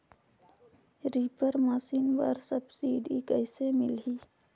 Reaper machine बर subsidy कइसे मिलही?